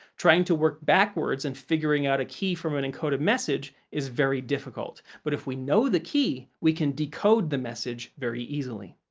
trying to work backwards and figuring out a key from an encoded message is very difficult, but if we know the key, we can decode the message very easily.